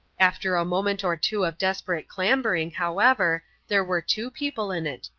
after a moment or two of desperate clambering, however, there were two people in it,